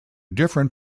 different